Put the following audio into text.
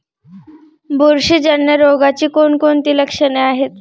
बुरशीजन्य रोगाची कोणकोणती लक्षणे आहेत?